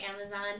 Amazon